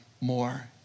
more